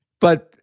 But-